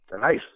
Nice